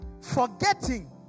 Forgetting